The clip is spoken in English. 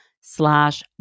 slash